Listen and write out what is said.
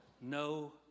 No